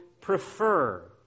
prefer